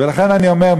ולכן אני אומר,